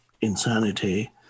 insanity